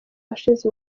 ashes